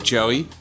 Joey